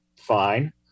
fine